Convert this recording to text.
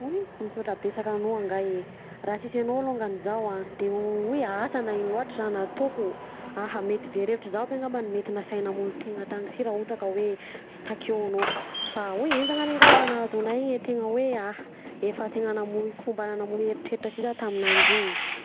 Oy! Misaotra besaka anao angahy e raha sisy anao longany zaho a. De oy! Asa ino loatry raha nataoko aha mety very hevitra zaho avy angambany mety nasahy namono tena tany si raha ohatra ka hoe sy takeo anao fa oy! Enjana any e ngahy raha nahazo anahy iny tena hoe aha efa tegna nanohy fo mbana manohy heritritra si za taminanjy iny.